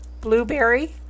Blueberry